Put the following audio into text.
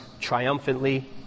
triumphantly